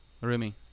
Rumi